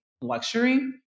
luxury